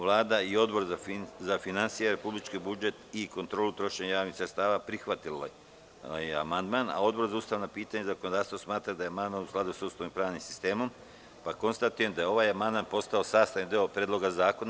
Vlada i Odbor za finansije, republički budžet i kontrolu trošenja javnih sredstava prihvatili su amandman, a Odbor za ustavna pitanja i zakonodavstvo smatra da je amandman u skladu sa Ustavom i pravnim sistemom, pa konstatujem da je ovaj amandman postao sastavni deo Predloga zakona.